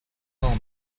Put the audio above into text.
all